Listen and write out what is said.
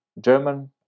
German